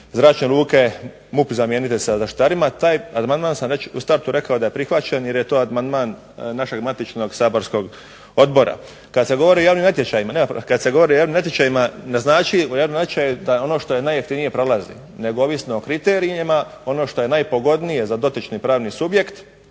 zračne luke MUP zamijeniti sa zaštitarima, taj amandman sam već u startu rekao da je prihvaćen, jer je to amandman našeg matičnog saborskog odbora. Kad se govori o javnim natječajima ne znači u javnom natječaju da ono što je najjeftinije prolazi, nego ovisno o kriterijima, ono što je najpogodnije za dotični pravni subjekt,